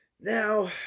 Now